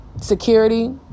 Security